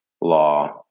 law